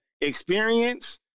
experience